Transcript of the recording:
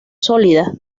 sólida